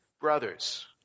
Brothers